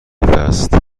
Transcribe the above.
است